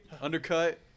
undercut